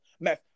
mess